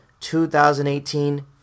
2018